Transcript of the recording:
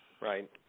Right